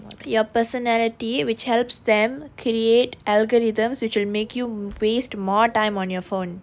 your personality which helps them create algorithms which will make you waste more time on your phone